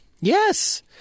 Yes